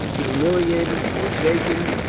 humiliated, forsaken,